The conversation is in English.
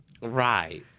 right